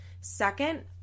second